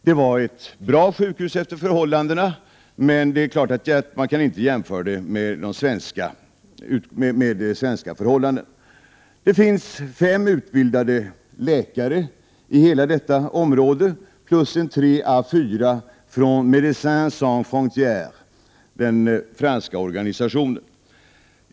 Det var ett efter förhållandena bra sjukhus, men man kan naturligtvis inte jämföra det med svenska förhållanden. Det finns fem utbildade läkare i hela detta område plus tre å fyra från den franska organisationen Médecins sans frontigres.